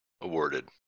Awarded